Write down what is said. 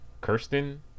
Kirsten